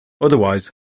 Otherwise